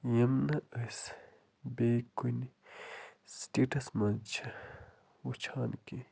یِم نہٕ أسۍ بیٚیہِ کُنہِ سِٹیٹس منٛز چھِ وٕچھان کیٚنہہ